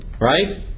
right